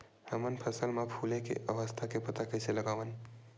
हमन फसल मा फुले के अवस्था के पता कइसे लगावन?